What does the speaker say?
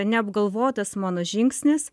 neapgalvotas mano žingsnis